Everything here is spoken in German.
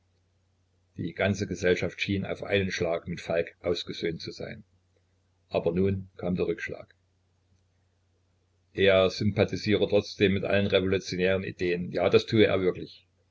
die ganze gesellschaft schien auf einen schlag mit falk ausgesöhnt zu sein aber nun kam der rückschlag er sympathisiere trotzdem mit allen revolutionären ideen ja das tue er wirklich